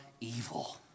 evil